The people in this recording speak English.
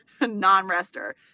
non-rester